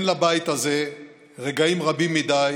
אין לבית הזה רגעים רבים מדי